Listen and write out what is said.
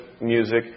music